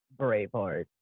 Braveheart